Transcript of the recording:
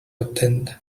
attend